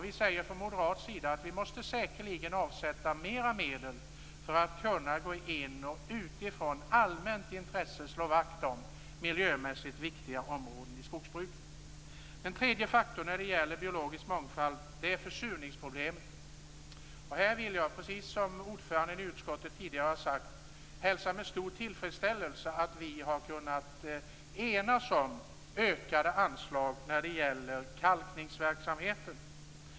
Vi säger från moderat sida att vi säkerligen måste avsätta mer medel för att utifrån allmänt intresse kunna slå vakt om miljömässigt viktiga områden i skogsbruket. Den tredje faktorn när det gäller biologisk mångfald är försurningsproblemen. Här vill jag, precis som ordföranden i utskottet tidigare, hälsa med tillfredsställelse att vi har kunnat enas om ökade anslag när det gäller kalkningsverksamheten.